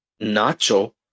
nacho